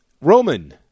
Roman